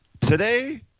Today